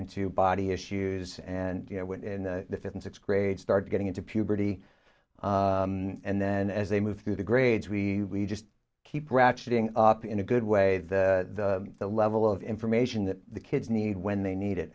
into body issues and you know when the fifth and sixth grade start getting into puberty and then as they move through the grades we just keep ratcheting up in a good way the the level of information that the kids need when they need